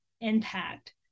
impact